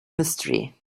mystery